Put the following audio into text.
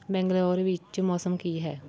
ਬੈਂਗਲੋਰ ਵਿੱਚ ਮੌਸਮ ਕੀ ਹੈ